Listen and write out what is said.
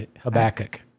Habakkuk